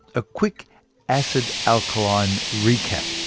a quick acid alkaline recap.